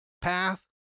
path